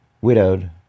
Widowed